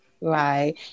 Right